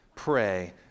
pray